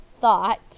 thought